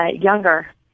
younger